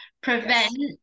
prevent